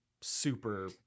super